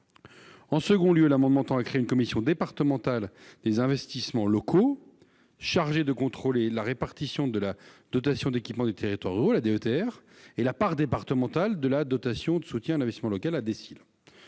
En outre, cet amendement tend à créer une commission départementale des investissements locaux, chargée de contrôler la répartition de la dotation d'équipement des territoires ruraux et de la part départementale de la dotation de soutien à l'investissement local. Il